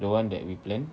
the [one] that we planned